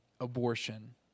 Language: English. abortion